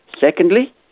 Secondly